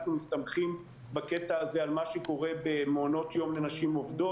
אנחנו מסתמכים בקטע הזה על מה שקורה במעונות יום לנשים עובדות.